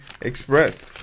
expressed